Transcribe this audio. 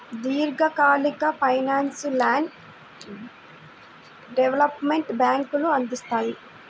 దీర్ఘకాలిక ఫైనాన్స్ను land development బ్యేంకులు అందిత్తాయి